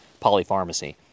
polypharmacy